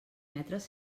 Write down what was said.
metres